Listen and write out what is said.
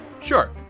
Sure